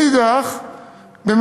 מאידך גיסא,